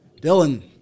Dylan